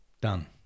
done